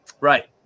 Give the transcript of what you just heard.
Right